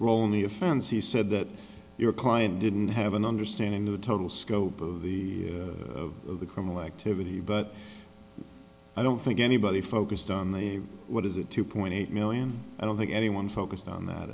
role in the offense he said that your client didn't have an understanding of the total scope of the criminal activity but i don't think anybody focused on the what is it two point eight million i don't think anyone focused on